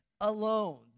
alone